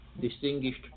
distinguished